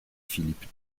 philippe